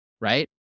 right